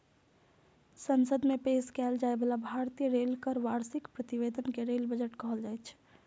संसद मे पेश कैल जाइ बला भारतीय रेल केर वार्षिक प्रतिवेदन कें रेल बजट कहल जाइत रहै